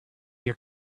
your